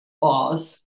boss